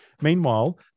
Meanwhile